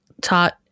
taught